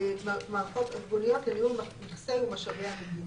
ומערכות ארגוניות לניהול נכסי ומשאבי המדינה.